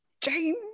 Jane